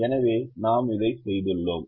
எனவே நாம் இதை செய்துள்ளோம்